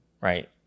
right